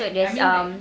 so there's um